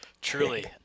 Truly